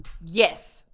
Yes